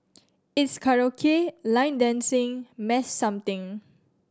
it's karaoke line dancing mass something